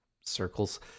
circles